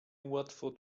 łatwo